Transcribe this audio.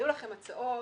היו לכם הצעות,